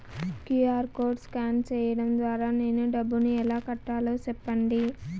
QR code scan సేయడం ద్వారా నేను డబ్బును ఎలా కట్టాలో సెప్పండి?